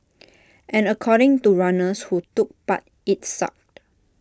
and according to runners who took part IT sucked